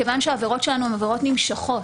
העבירות שלנו הן עבירות נמשכות,